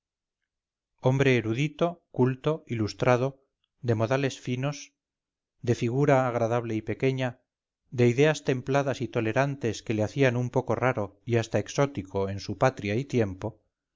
hombre erudito culto ilustrado de modales finos de figura agradable y pequeña de ideas templadas y tolerantes que le hacían un poco raro y hasta exótico en su patria y tiempo